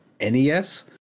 NES